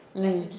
mm